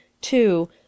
Two